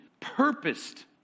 purposed